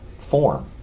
form